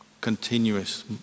continuous